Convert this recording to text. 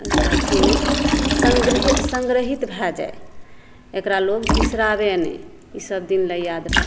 अथीमे संग्रह संग्रहित भऽ जाय एकरा लोक बिसराबै नहि ई सभ दिन लेल याद रहै